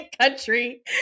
country